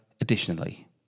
additionally